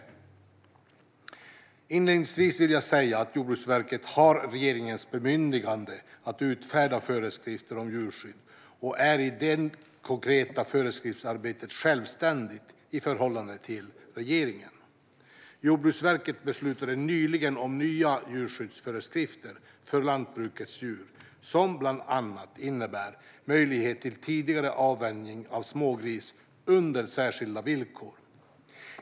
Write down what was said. Inledningsvis vill jag säga att Jordbruksverket har regeringens bemyndigande att utfärda föreskrifter om djurskydd och är i det konkreta föreskriftsarbetet självständigt i förhållande till regeringen. Jordbruksverket beslutade nyligen om nya djurskyddsföreskrifter för lantbrukets djur som bland annat innebär möjlighet till tidigare avvänjning av smågrisar under särskilda villkor.